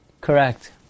Correct